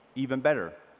even better.